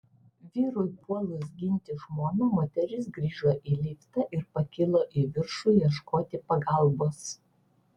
vyrui puolus ginti žmoną moteris grįžo į liftą ir pakilo į viršų ieškoti pagalbos